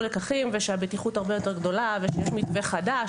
לקחים והבטיחות הרבה יותר גדולה ושיש מתווה חדש